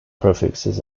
prefixes